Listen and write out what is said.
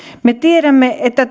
me tiedämme että